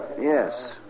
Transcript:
Yes